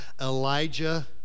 Elijah